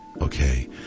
okay